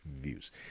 views